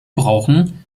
brauchen